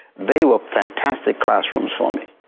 they were fantastic classrooms for me.